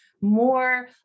more